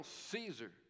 Caesar